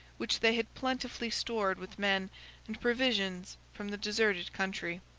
which they had plentifully stored with men and provisions from the deserted country.